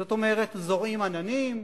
זאת אומרת: זורעים עננים,